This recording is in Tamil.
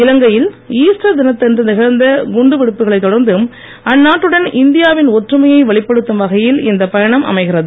இலங்கையில் ஈஸ்டர் தினத்தன்று நிகழ்ந்த குண்டுவெடிப்புகளைத் தொடர்ந்து அந்நாட்டுடன் இந்தியாவின் ஒற்றுமையை வெளிப்படுத்தும் வகையில் இந்தப் பயணம் அமைகிறது